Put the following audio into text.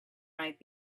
might